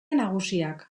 nagusiak